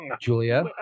Julia